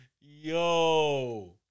Yo